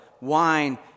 Wine